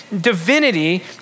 divinity